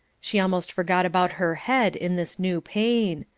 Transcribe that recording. she almost forgot about her head in this new pain.